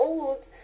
old